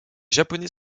japonais